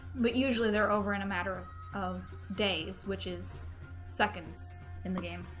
but usually they're over in a matter of days which is seconds in the game